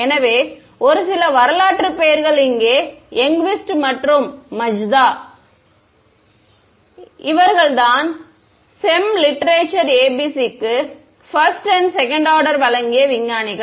எனவே ஒரு சில வரலாற்று பெயர்கள் இங்கே எங்விஸ்ட் மற்றும் மஜ்தா எங்விஸ்ட் எழுத்துப்பிழை எனவே இவர்கள்தான் CEM லிட்ரேசர் ABC க்கு பஸ்ட் அண்ட் செகண்ட் ஆர்டர் வழங்கிய விஞ்ஞானிகள்